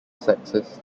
sexist